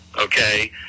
okay